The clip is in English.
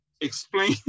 explain